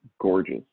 gorgeous